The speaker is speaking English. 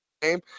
game